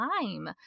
time